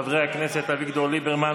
חברי הכנסת אביגדור ליברמן,